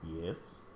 Yes